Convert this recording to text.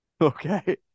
Okay